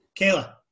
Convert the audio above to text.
Kayla